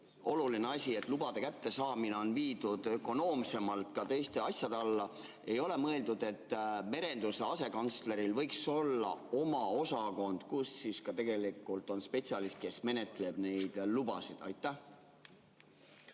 [puhul], et lubade kättesaamine on viidud ökonoomsemalt ka teiste asjade alla, ei ole mõeldud, et merenduse asekantsleril võiks olla oma osakond, kus on ka spetsialist, kes menetleb neid lubasid? Tänan,